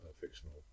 fictional